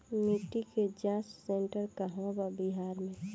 मिटी के जाच सेन्टर कहवा बा बिहार में?